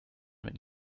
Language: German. wenn